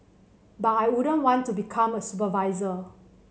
but I wouldn't want to become a supervisor